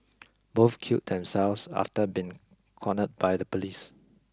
both killed themselves after been cornered by the police